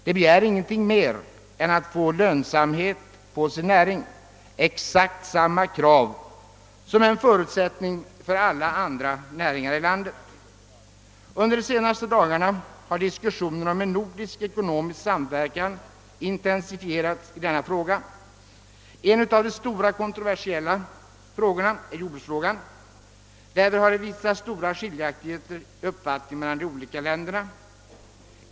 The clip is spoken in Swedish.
De begär ingenting mer än att få lönsamhet på sin näring, exakt samma krav som är en förutsättning för alla andra näringar i landet. Under de senaste dagarna har diskussionen om en nordisk ekonomisk samverkan intensifierats. En av de stora och kontroversiella frågorna är jordbruket. Det visar sig finnas stora skiljaktigheter i uppfattningen mellan de olika länderna.